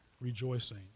rejoicing